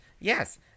yes